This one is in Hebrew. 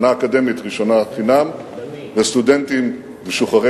שנה אקדמית ראשונה חינם לסטודנטים משוחררי